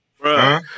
Bro